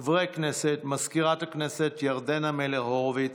חברי כנסת, מזכירת הכנסת ירדנה מלר-הורוביץ,